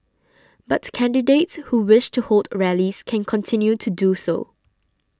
but candidates who wish to hold rallies can continue to do so